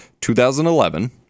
2011